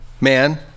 man